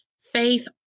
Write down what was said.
faith